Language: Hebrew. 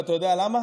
ואתה יודע למה?